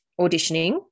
auditioning